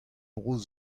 bro